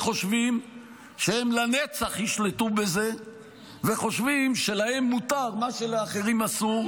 שחושבים שהם לנצח ישלטו בזה וחושבים שלהם מותר מה שלאחרים אסור,